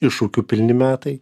iššūkių pilni metai